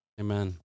Amen